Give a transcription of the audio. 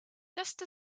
just